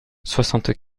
soixante